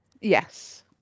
Yes